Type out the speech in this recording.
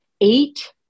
eight